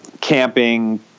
camping